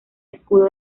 escudo